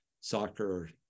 soccer